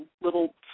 little